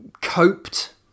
coped